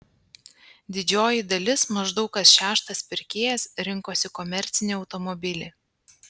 didžioji dalis maždaug kas šeštas pirkėjas rinkosi komercinį automobilį